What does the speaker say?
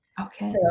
Okay